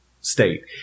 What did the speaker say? state